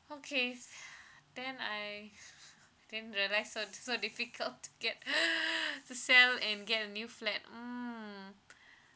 okay then I then the rest so so difficult to get to sell and get a new flat mm